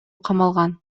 камалган